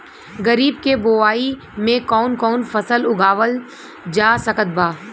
खरीब के बोआई मे कौन कौन फसल उगावाल जा सकत बा?